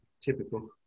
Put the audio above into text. typical